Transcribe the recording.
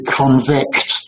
convict